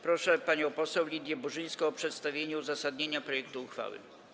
Proszę panią poseł Lidię Burzyńską o przedstawienie uzasadnienia projektu uchwały.